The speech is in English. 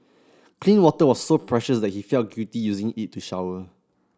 clean water was so precious that he felt guilty using it to shower